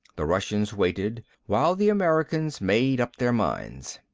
the russians waited while the americans made up their minds.